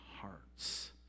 hearts